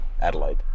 Adelaide